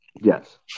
Yes